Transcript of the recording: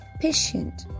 Patient